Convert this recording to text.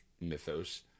mythos